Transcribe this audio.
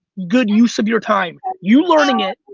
good use of your time. you learning it,